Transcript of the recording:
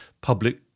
public